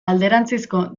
alderantzizko